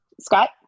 Scott